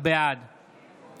בעד